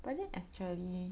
but then actually